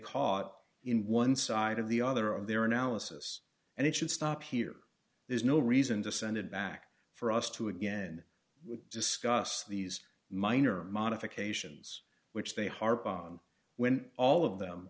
caught in one side of the other of their analysis and it should stop here there's no reason to send it back for us to again discuss these minor modifications which they harp on when all of them